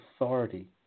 authority